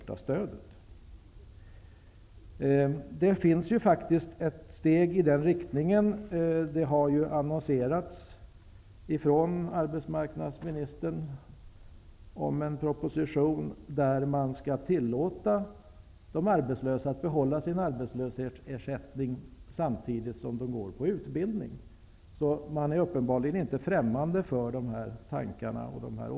Ett steg i den här riktningen är den proposition som har annonserats från arbetsmarknadsministern om att tillåta de arbetslösa att behålla sin arbetslöshetsersättning samtidigt som de går på utbildning. Så man är uppenbarligen inte främmande för tankarna i vår motion.